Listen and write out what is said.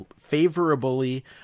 favorably